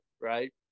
Right